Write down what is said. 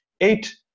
eight